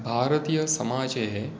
भारतीयसमाजे